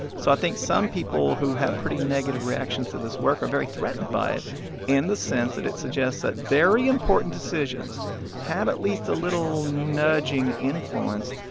so i think some people who have pretty negative reactions to this work are very threatened by it in the sense that it suggests that very important decisions have at least a little nudging influence